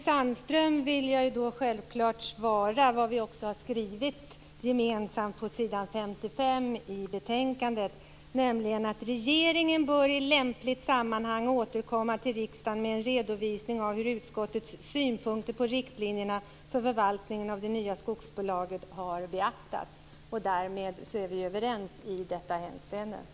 Fru talman! Jag vill självfallet svara det som vi gemensamt har skrivit på s. 55 i betänkandet: "Regeringen bör i lämpligt sammanhang återkomma till riksdagen med en redovisning av hur utskottets synpunkter på riktlinjerna för förvaltningen av det nya skogsbolaget har beaktats." Därmed är vi överens i detta hänseende.